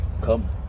Come